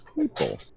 people